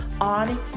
on